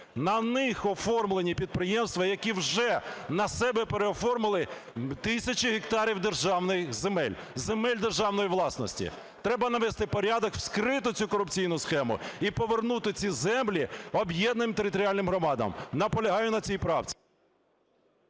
На них оформлені підприємства, які вже на себе переоформили тисячі гектарів державних земель, земель державної власності. Треба навести порядок, вскрити цю корупційну схему і повернути ці землі об'єднаним територіальним громадам. Наполягаю на цій правці.